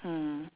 mm